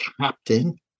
captain